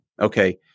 Okay